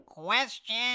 Question